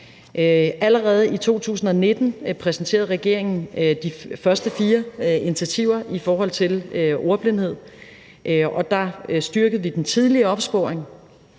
Allerede i 2019 præsenterede regeringen de første fire initiativer i forbindelse med ordblindhed. Der styrkede vi den tidlige opsporing